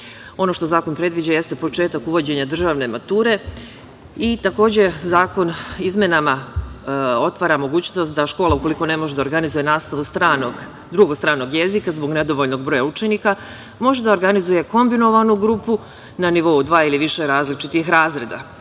Ono što zakon predviđa jeste početak uvođenja državne mature i, takođe, zakon izmenama otvara mogućnost da škola, ukoliko ne može da organizuje nastavu drugog stranog jezika, zbog nedovoljnog broja učenika, može da organizuje kombinovanu grupu na nivou dva ili više različitih razreda.